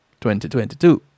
2022